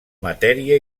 matèria